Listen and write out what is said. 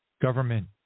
government